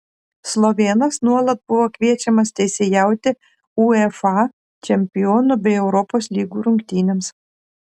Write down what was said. slovėnas nuolat buvo kviečiamas teisėjauti uefa čempionų bei europos lygų rungtynėms